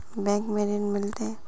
Bank में ऋण मिलते?